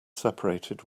separated